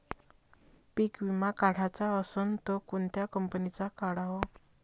पीक विमा काढाचा असन त कोनत्या कंपनीचा काढाव?